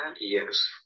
Yes